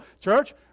Church